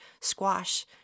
squash